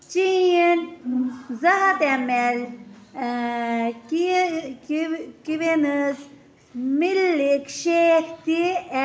چین زٕ ہتھ ایٚم ایٚل ٲں کیوِنز مِلک شیک تہِ ایٚڈ